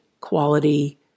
quality